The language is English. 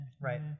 right